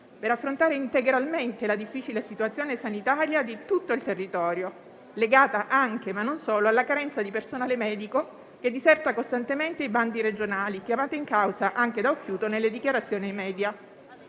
per affrontare integralmente la difficile situazione sanitaria di tutto il territorio, legata anche ma non solo alla carenza di personale medico che diserta costantemente i bandi regionali, chiamato in causa anche da Occhiuto nelle dichiarazioni ai *media.*